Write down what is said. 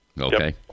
Okay